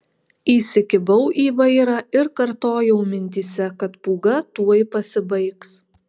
įsikibau į vairą ir kartojau mintyse kad pūga tuoj pasibaigs